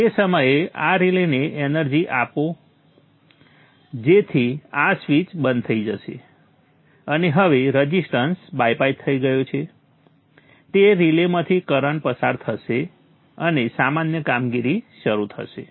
તે સમયે આ રિલેને એનર્જી આપો જેથી આ સ્વીચ બંધ થઈ જશે અને હવે રઝિસ્ટન્સ બાયપાસ થઈ ગયો છે તે રિલેમાંથી કરંટ પસાર થશે અને સામાન્ય કામગીરી શરૂ થશે